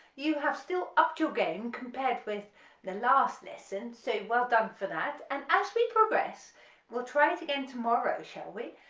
you have still upped your game compared with the last lesson, so well done for that, and as we progress we'll try it again tomorrow shall we,